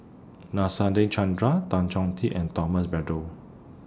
Chandra Tan Chong Tee and Thomas Braddell